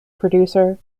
producer